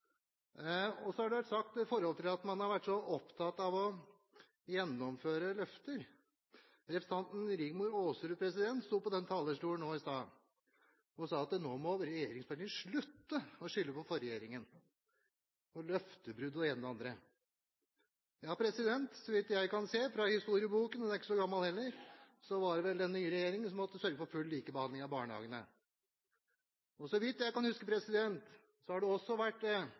å gjennomføre løfter, sto representanten Rigmor Aasrud på denne talerstolen i stad og sa at regjeringspartiene nå måtte slutte å skylde på den forrige regjeringen – løftebrudd og det ene og det andre. Så vidt jeg kan se av historieboken, og den er ikke så gammel heller, var det vel den nye regjeringen som måtte sørge for full likebehandling av barnehagene. Med hensyn til barnehagedebatten i Norge, har det de senere år, så vidt jeg kan huske, også vært veldig mye fokus på at det